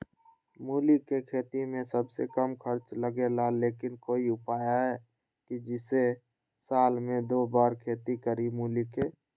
मूली के खेती में सबसे कम खर्च लगेला लेकिन कोई उपाय है कि जेसे साल में दो बार खेती करी मूली के?